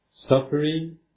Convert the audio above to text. suffering